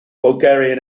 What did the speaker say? bulgarian